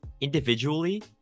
individually